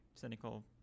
cynical